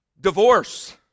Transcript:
Divorce